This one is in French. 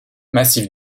massif